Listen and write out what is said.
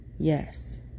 Yes